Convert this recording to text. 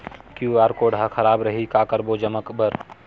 QR code हा खराब रही का करबो जमा बर?